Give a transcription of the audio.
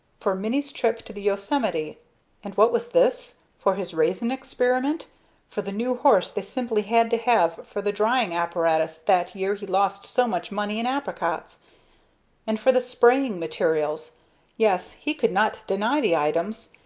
for minnie's trip to the yosemite and what was this for his raisin experiment for the new horse they simply had to have for the drying apparatus that year he lost so much money in apricots and for the spraying materials yes, he could not deny the items,